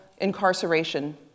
incarceration